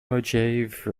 mojave